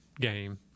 game